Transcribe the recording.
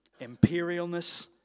imperialness